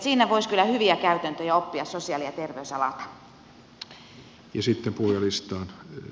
siinä voisi kyllä hyviä käytäntöjä oppia sosiaali ja terveysalalta